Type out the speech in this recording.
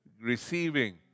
receiving